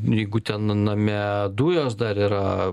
jeigu ten name dujos dar yra